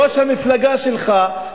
ראש המפלגה שלך,